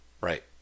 Right